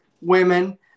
women